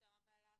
תודה רבה לך.